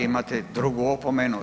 Imate drugu opomenu.